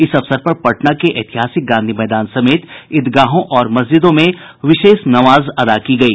इस अवसर पर पटना के ऐतिहासिक गांधी मैदान समेत ईदगाहों और मस्जिदों में विशेष नमाज अदा की गयी